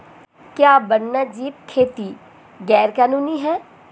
क्या वन्यजीव खेती गैर कानूनी है?